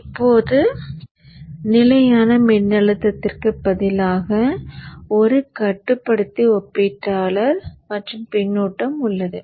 இப்போது நிலையான மின்னழுத்தத்திற்கு பதிலாக இப்போது ஒரு கட்டுப்படுத்தி ஒப்பீட்டாளர் மற்றும் பின்னூட்டம் உள்ளது